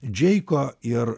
džeiko ir